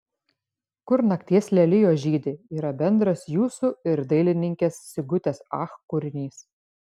kur nakties lelijos žydi yra bendras jūsų ir dailininkės sigutės ach kūrinys